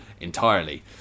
entirely